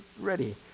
ready